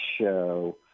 show